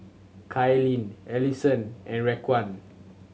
Kailyn Alyson and Raquan